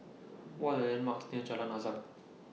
What Are The landmarks near Jalan Azam